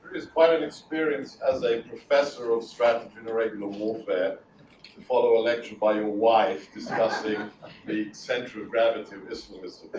it's quite an experience as a professor of strategy and irregular warfare to follow a lecture by your wife, discussing the center of gravity of islamism.